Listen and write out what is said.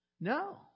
No